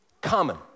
common